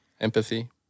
empathy